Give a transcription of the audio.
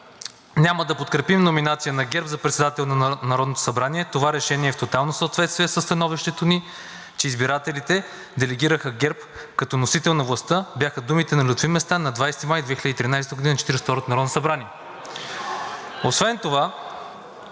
„Няма да подкрепим номинация на ГЕРБ за председател на Народното събрание. Това решение е в тотално съответствие със становището ни, че избирателите делегираха ГЕРБ като носител на властта“ – бяха думите на Лютви Местан на 20 май 2013 г. в Четиридесет и второто народно събрание. Освен това